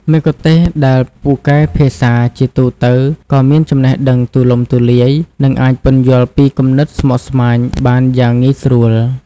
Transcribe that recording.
មគ្គុទ្ទេសក៍ដែលពូកែភាសាជាទូទៅក៏មាន ចំណេះដឹងទូលំទូលាយ និងអាចពន្យល់ពីគំនិតស្មុគស្មាញបានយ៉ាងងាយស្រួល។